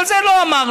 אבל זה לא אמרנו.